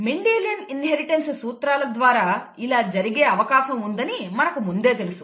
Mendelian inheritance సూత్రాల ద్వారా ఇలా జరిగే అవకాశం ఉందని మనకు ముందే తెలుసు